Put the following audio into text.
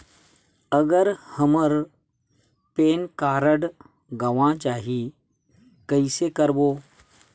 अगर हमर PAN card गवां जाही कइसे करबो?